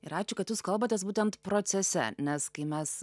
ir ačiū kad jūs kalbatės būtent procese nes kai mes